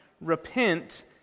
Repent